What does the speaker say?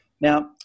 Now